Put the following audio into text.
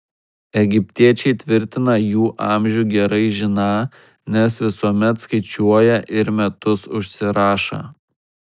egiptiečiai tvirtina jų amžių gerai žiną nes visuomet skaičiuoją ir metus užsirašą